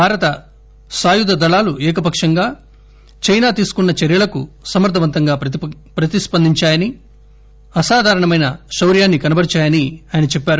భారత సాయుధ దళాలు ఏకపక్షంగా చైనా తీసుకున్న చర్యలకు సమర్దవంతంగా ప్రతిస్పందించాయని అసాధారణమైన శౌర్యాన్ని కనబరిచాయని ఆయన అన్నారు